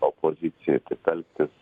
opozicijojai taip elgtis